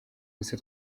gusa